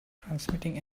transmitting